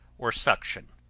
or suction.